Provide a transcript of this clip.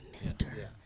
Mister